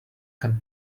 can